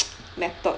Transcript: method